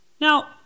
Now